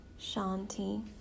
shanti